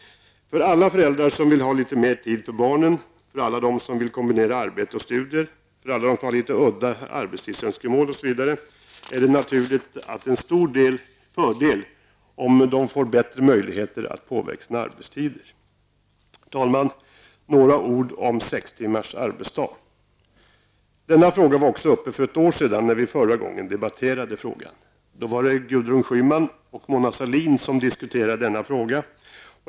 För alla föräldrar som vill ha litet mer tid för barnen, för alla dem som vill kombinera arbete och studier, för alla dem som har litet udda arbetstidsönskemål osv. är det naturligtvis en stor fördel om de får bättre möjligheter att påverka sina arbetstider. Herr talman! Några ord om sex timmars arbetsdag. Denna fråga var senast uppe för ett år sedan. Då var det Gudrun Schyman och Mona Sahlin som diskuterade denna fråga.